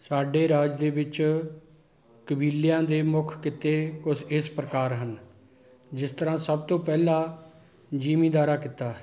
ਸਾਡੇ ਰਾਜ ਦੇ ਵਿੱਚ ਕਬੀਲਿਆਂ ਦੇ ਮੁੱਖ ਕਿੱਤੇ ਕੁਛ ਇਸ ਪ੍ਰਕਾਰ ਹਨ ਜਿਸ ਤਰ੍ਹਾਂ ਸਭ ਤੋਂ ਪਹਿਲਾਂ ਜ਼ਿਮੀਂਦਾਰਾ ਕਿੱਤਾ ਹੈ